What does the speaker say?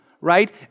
right